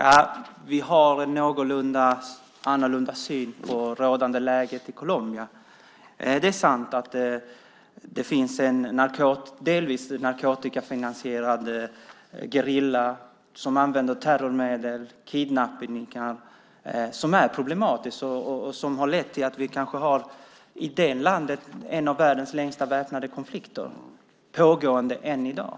Herr talman! Vi har en annorlunda syn på det rådande läget i Colombia. Det är sant att det finns en delvis narkotikafinansierad gerilla som använder terrormedel och kidnappningar. Det är problematiskt och har lett till att vi i landet kanske har en av världens längsta väpnade konflikter, pågående än i dag.